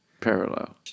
parallel